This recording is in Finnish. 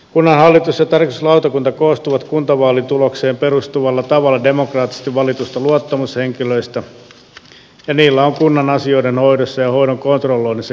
kunnanhallitus ja tarkastuslautakunta koostuvat kuntavaalitulokseen perustuvalla tavalla demokraattisesti valituista luottamushenkilöistä ja niillä on kunnan asioiden hoidossa ja hoidon kontrolloinnissa keskeinen asema